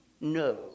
no